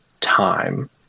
time